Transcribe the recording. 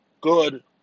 good